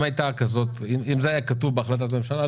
אם זה היה כתוב בהחלטת ממשלה,